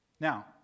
Now